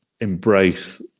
embrace